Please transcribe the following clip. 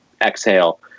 exhale